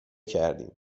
کردیم